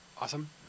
awesome